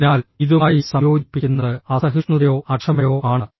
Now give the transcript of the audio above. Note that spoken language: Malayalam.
അതിനാൽ ഇതുമായി സംയോജിപ്പിക്കുന്നത് അസഹിഷ്ണുതയോ അക്ഷമയോ ആണ്